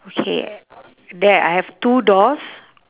okay there I have two doors